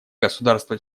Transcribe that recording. государства